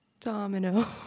Domino